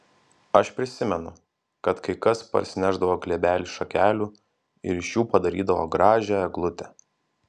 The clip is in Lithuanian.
aš prisimenu kad kai kas parsinešdavo glėbelį šakelių ir iš jų padarydavo gražią eglutę